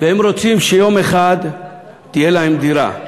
והם רוצים שיום אחד תהיה להם דירה.